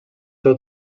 seu